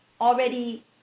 already